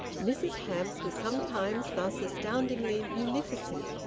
mrs hamps was sometimes thus astoundingly munificent.